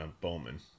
Bowman